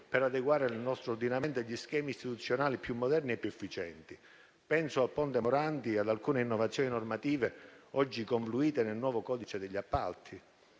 per adeguare il nostro ordinamento agli schemi istituzionali più moderni e più efficienti. Penso al ponte Morandi e ad alcune innovazioni normative oggi confluite nel nuovo codice degli appalti.